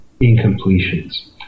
incompletions